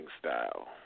style